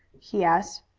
he asked.